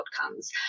outcomes